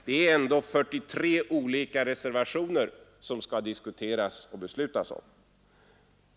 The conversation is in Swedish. Det är ändå 43 olika reservationer och särskilda yttranden som skall diskuteras och beslutas om.